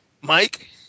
Mike